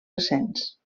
recents